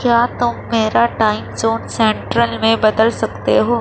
کیا تم میرا ٹائم زون سینٹرل میں بدل سکتے ہو